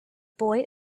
boy